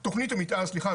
סליחה,